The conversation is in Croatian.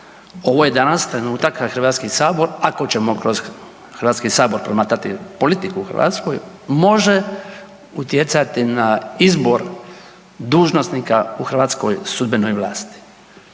Ovo je danas trenutak kad Hrvatski sabor ako ćemo Hrvatski sabor promatrati politiku u Hrvatskoj, može utjecati na izbor dužnosnika u hrvatskoj sudbenoj vlasti.